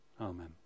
Amen